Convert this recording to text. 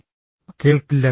î കേൾക്കില്ല